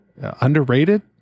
Underrated